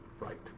right